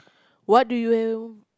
what do you